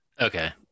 Okay